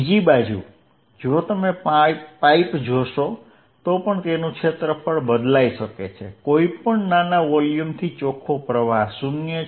બીજી બાજુ જો તમે પાઇપ જોશો તો પણ તેનું ક્ષેત્રફળ બદલાઇ શકે છે કોઈપણ નાના વોલ્યુમથી ચોખ્ખો પ્રવાહ 0 છે